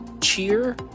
cheer